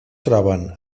troben